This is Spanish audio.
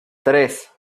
tres